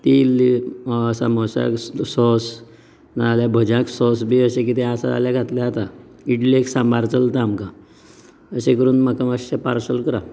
ती इल्ली सामोसाक सॉस नाजाल्यार भज्यांक सॉस बी अशें कितें आसल्यार घातल्यार जाता इडलेक सांबार चलता आमकां जशें करून म्हाका मात्शें पार्सल करात